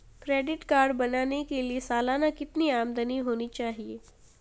Credit card बनाने के लिए सालाना कितनी आमदनी होनी चाहिए?